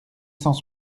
cent